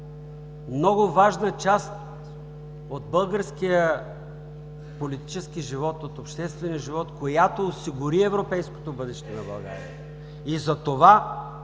много важна част от българския политически живот, от обществения живот, която осигури европейското бъдеще на България (реплика